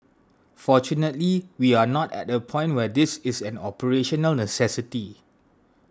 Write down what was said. fortunately we are not at a point where this is an operational necessity